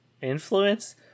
influence